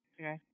Okay